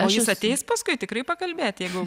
o jis ateis paskui tikrai pakalbėti jeigu